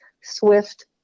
swift